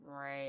Right